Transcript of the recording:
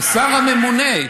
השר הממונה.